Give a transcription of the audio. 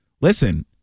Listen